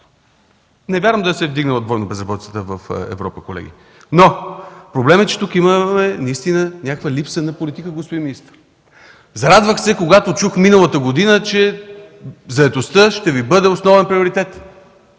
Не вярвам да се е вдигнала двойно безработицата в Европа, колеги. Проблемът е, че тук действително има някаква липса на политика, господин министър. Зарадвах се, когато миналата година чух, че заетостта ще Ви бъде основен приоритет.